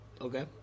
Okay